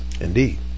indeed